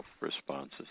responses